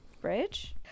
Bridge